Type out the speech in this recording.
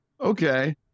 okay